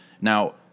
now